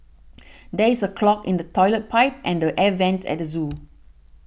there is a clog in the Toilet Pipe and the Air Vents at the zoo